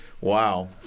Wow